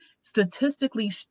statistically